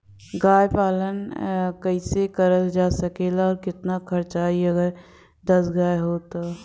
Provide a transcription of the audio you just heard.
गाय पालन कइसे करल जा सकेला और कितना खर्च आई अगर दस गाय हो त?